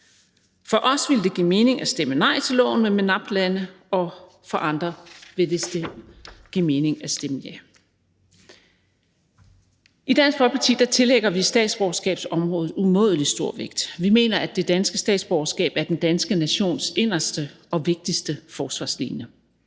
For os ville det give mening at stemme nej til loven med MENAPT-lande, og for andre vil det give mening at stemme ja. Kl. 19:12 I Dansk Folkeparti tillægger vi statsborgerskabsområdet umådelig stor vægt. Vi mener, at det danske statsborgerskab er den danske nations inderste og vigtigste forsvarslinje.